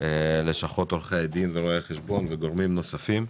לשכות עורכי הדין, רואי החשבון וגורמים נוספים.